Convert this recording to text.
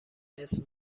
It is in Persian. اسم